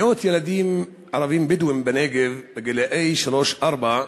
מאות ילדים ערבים-בדואים בנגב, גילאי שלוש-ארבע,